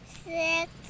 Six